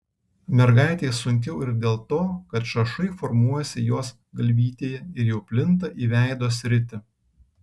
mergaitei sunkiau ir dėl to kad šašai formuojasi jos galvytėje ir jau plinta į veido sritį